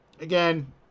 Again